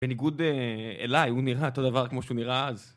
בניגוד אליי הוא נראה אותו דבר כמו שהוא נראה אז